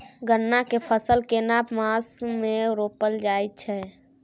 गन्ना के फसल केना मास मे रोपल जायत छै?